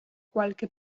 qualche